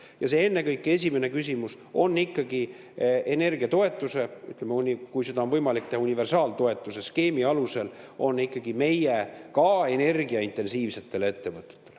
Ja ennekõike esimene küsimus on ikkagi energiatoetus, kui seda on võimalik teha universaaltoetuse skeemi alusel, ikkagi ka meie energiaintensiivsetele ettevõtetele.